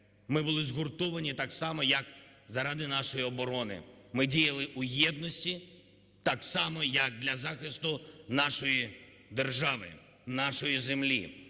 Ми були згуртовані, так само, як заради нашої оборони, ми діяли у єдності, так само, як для захисту нашої держави, нашої землі.